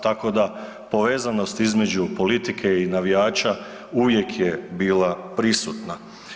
Tako da povezanost između politike i navijača uvijek je bila prisutan.